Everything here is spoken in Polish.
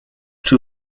czy